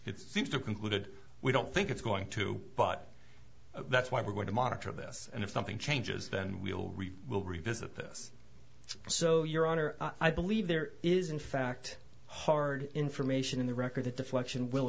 it seems to concluded we don't think it's going to but that's why we're going to monitor this and if something changes then we'll we'll revisit this so your honor i believe there is in fact hard information in the record that deflection will